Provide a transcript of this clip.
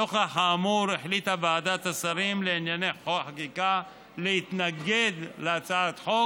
נוכח האמור החליטה ועדת השרים לענייני חקיקה להתנגד להצעת החוק,